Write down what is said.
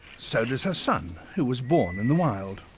so does her son, who was born in the wild.